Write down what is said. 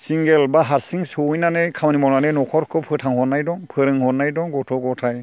सिंगोल बा हारसिं सहैनानै खामानि मावनानै न'खरखौ फोथांहरनाय दं फोरोंहरनाय दं गथ' गथाय